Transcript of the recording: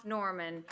Norman